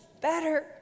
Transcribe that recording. better